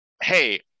Hey